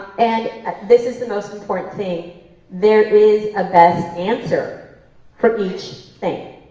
and this is the most important thing there is a best answer for each thing.